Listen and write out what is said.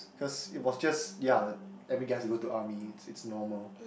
cause it was just ya every guys will go to army it's normal